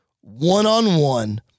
one-on-one